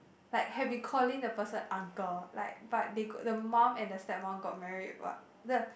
like have been calling the person uncle like but they the mum and the stepmum got married what